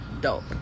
dope